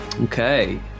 okay